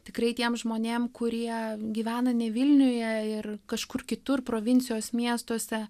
tikrai tiem žmonėm kurie gyvena ne vilniuje ir kažkur kitur provincijos miestuose